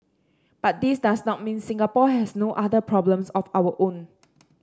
but this does not mean Singapore has no other problems of our own